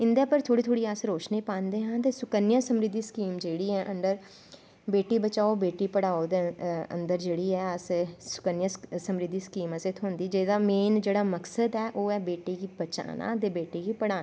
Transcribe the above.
इंदै पर थोह्ड़ी थोह्ड़ी अस रोशनी पांदे आं ते सुकन्य समिति स्कीम जेह्ड़ी ऐ अन्गर बेटी बचाओ बेटी पढ़ाओ दै अन्गर जेह्ड़ी ऐ अस सुकन्य समिति स्कीम असें गी थ्होंदी जेह्दा मेन जेह्ड़ा मक्सद ऐ ओह् ऐ बेटी गी बचाना ते बेटी गी पढ़ाना